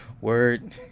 word